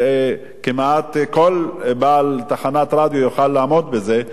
כמעט כל בעל תחנת רדיו יוכל לעמוד בזה.